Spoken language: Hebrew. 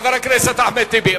חבר הכנסת אחמד טיבי.